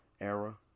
era